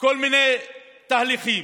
כל מיני תהליכים.